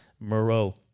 Moreau